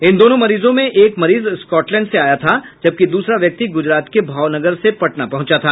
इन दोनों मरीजों में एक मरीज स्कॉटलैंड से आया था जबकि दूसरा व्यक्ति गुजरात के भावनगर से पटना पहुंचा था